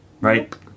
right